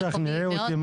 תשכנעי אותי,